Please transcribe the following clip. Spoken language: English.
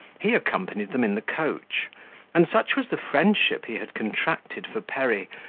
he accompanied them in the coach and such was the friendship he had contracted for perry,